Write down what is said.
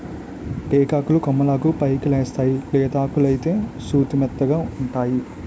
టేకాకులు కొమ్మలాకులు పైకెలేస్తేయ్ లేతాకులైతే సుతిమెత్తగావుంటై